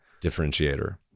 differentiator